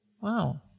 Wow